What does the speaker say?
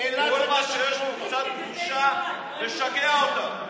כל מה שיש בו קצת קדושה משגע אותם,